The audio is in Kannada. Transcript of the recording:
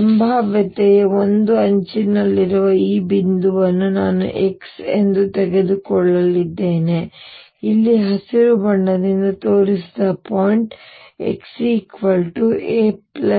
ಸಂಭಾವ್ಯತೆಯ ಒಂದು ಅಂಚಿನಲ್ಲಿರುವ ಈ ಬಿಂದುವನ್ನು ನಾನು x ಎಂದು ತೆಗೆದುಕೊಳ್ಳಲಿದ್ದೇನೆ ಇಲ್ಲಿ ಹಸಿರು ಬಣ್ಣದಿಂದ ತೋರಿಸಿದ ಪಾಯಿಂಟ್ x